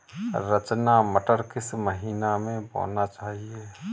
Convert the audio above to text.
रचना मटर किस महीना में बोना चाहिए?